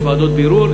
יש ועדות בירור,